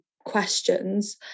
questions